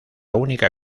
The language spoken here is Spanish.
única